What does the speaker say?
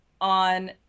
on